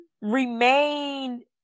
Remain